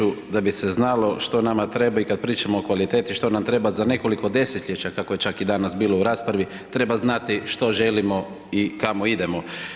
Kolega Đujiću, da bi se znalo što nama treba i kad pričamo o kvaliteti što nam treba za nekoliko desetljeća, kako je čak i danas bilo u raspravi, treba znati što želimo i kamo idemo.